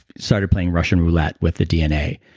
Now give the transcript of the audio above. started playing russian roulette with the dna.